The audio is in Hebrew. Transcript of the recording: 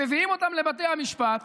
הם מביאים אותם לבתי המשפט,